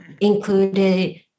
included